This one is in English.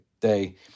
day